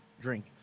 drink